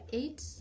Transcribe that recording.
eight